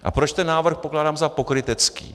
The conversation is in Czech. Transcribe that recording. A proč ten návrh pokládám za pokrytecký?